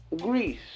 Greece